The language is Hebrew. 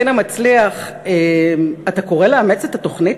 רינה מצליח: "אתה קורא לאמץ את התוכנית